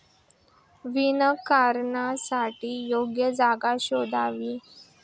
वनीकरणासाठी योग्य जागा शोधावी